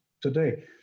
today